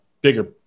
bigger